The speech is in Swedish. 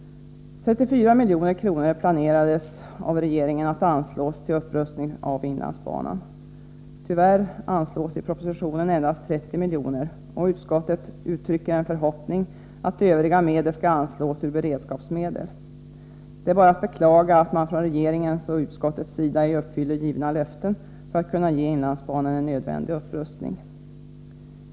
34 milj.kr. planerade regeringen att anslå till upprustning av inlandsbanan. Tyvärr anslås enligt propositionen endast 30 miljoner, och utskottet uttrycker en förhoppning om att resten skall anslås ur beredskapsmedel. Det är bara att beklaga att regeringen och utskottet inte uppfyller givna löften för att kunna ge inlandsbanan en nödvändig upprustning.